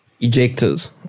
ejectors